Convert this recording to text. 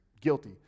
guilty